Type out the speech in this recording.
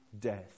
death